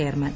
chairman